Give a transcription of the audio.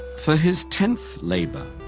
for his tenth labor,